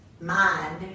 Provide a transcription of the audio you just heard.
mind